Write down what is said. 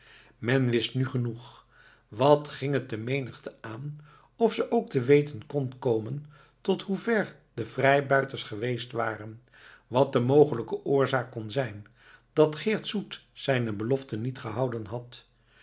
men wist nu genoeg wat ging het de menigte aan of ze ook te weten kon komen tot hoe ver de vrijbuiters geweest waren wat de mogelijke oorzaak kon zijn dat geert soet zijne beloften niet gehouden had